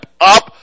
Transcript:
up